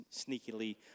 sneakily